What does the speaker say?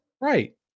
Right